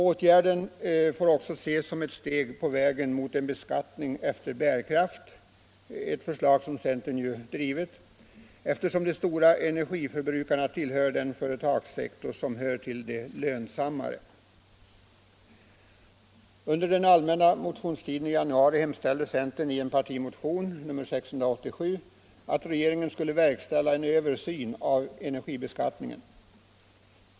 Åtgärden får också ses som ett steg på vägen mot en beskattning efter bärkraft — ett förslag som centern ju drivit — eftersom de stora energiförbrukarna tillhör en företagssektor som är en av de lönsammare. Under den allmänna motionstiden i januari hemställde centern i en partimotion, nr 687, att regeringen skulle verkställa en översyn av energibeskattningen.